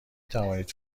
توانید